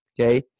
Okay